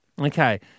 Okay